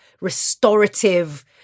restorative